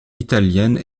italiennes